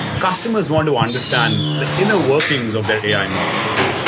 customers want to understand the inner workings of their ai models.